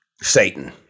Satan